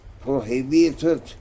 prohibited